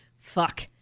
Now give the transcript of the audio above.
fuck